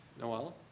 Noelle